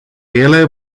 ele